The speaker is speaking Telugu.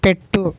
పెట్టు